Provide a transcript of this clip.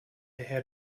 head